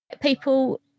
people